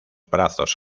brazos